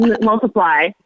multiply